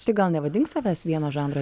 tai gal nevadink savęs vieno žanro